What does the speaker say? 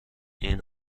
این